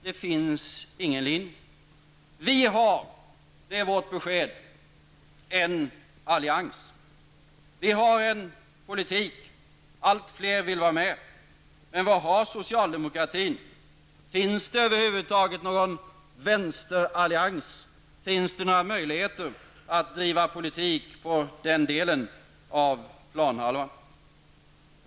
Det finns ingen linje. Vi har, det är vårt besked, en allians. Vi har en politik. Allt fler vill vara med. Men vad har socialdemokratin? Finns det över huvud taget någon vänsterallians? Finns det några möjligheter att driva politik på den planhalvan?